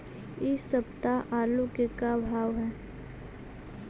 इ सप्ताह आलू के का भाव है?